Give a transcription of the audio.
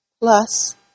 plus